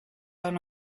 ran